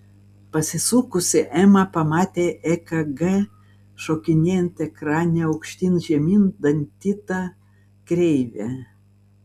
pasisukusi ema pamatė ekg šokinėjant ekrane aukštyn žemyn dantyta kreive